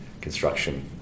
construction